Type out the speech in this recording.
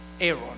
Aaron